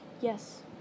Yes